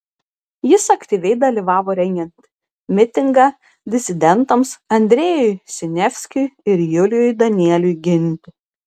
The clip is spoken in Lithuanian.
jis aktyviai dalyvavo rengiant mitingą disidentams andrejui siniavskiui ir julijui danieliui ginti